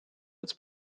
its